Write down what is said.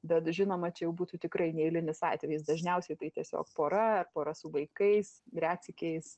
bet žinoma čia jau būtų tikrai neeilinis atvejis dažniausiai tai tiesiog pora ar pora su vaikais retsykiais